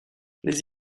les